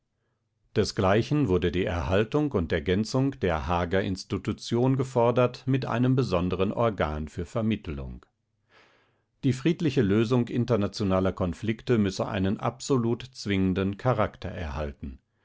desgleichen wurde die erhaltung und ergänzung der haager institution gefordert mit einem besonderen organ für vermittelung die friedliche lösung internationaler konflikte müsse einen absolut zwingenden charakter erhalten